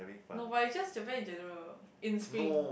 no but is just Japan in general in spring